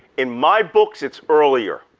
in my books it's earlier,